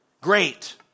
Great